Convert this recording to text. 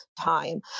time